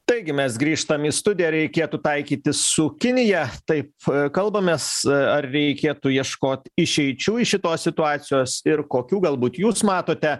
taigi mes grįžtam į studiją ar reikėtų taikytis su kinija taip kalbamės ar reikėtų ieškot išeičių iš šitos situacijos ir kokių galbūt jūs matote